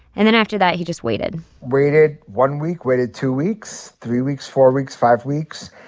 and then after that, he just waited waited one week, waited two weeks, three weeks, four weeks, five weeks.